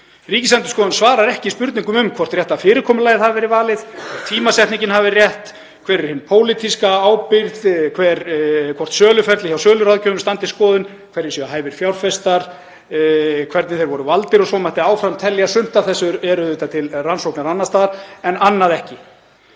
Ríkisendurskoðun svarar ekki spurningum um hvort rétta fyrirkomulagið hafi verið valið, hvort tímasetningin hafi verið rétt, hver sé hin pólitíska ábyrgð, hvort söluferlið hjá söluráðgjöfum standist skoðun, hverjir séu hæfir fjárfestar, hvernig þeir voru valdir og svo mætti áfram telja. Sumt af þessu er til rannsóknar annars staðar en annað ekki.